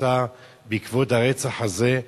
שנעשתה בעקבות הרצח הזה היא מזעזעת.